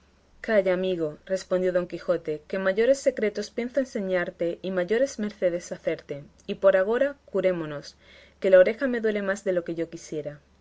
calla amigo respondió don quijote que mayores secretos pienso enseñarte y mayores mercedes hacerte y por agora curémonos que la oreja me duele más de lo que yo quisiera